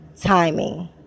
timing